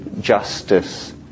justice